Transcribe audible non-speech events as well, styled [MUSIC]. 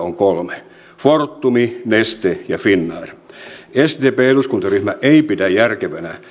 [UNINTELLIGIBLE] on kolme fortum neste ja finnair sdpn eduskuntaryhmä ei pidä järkevänä